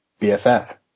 BFF